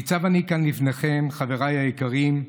ניצב אני כאן לפניכם, חבריי היקרים,